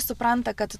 supranta kad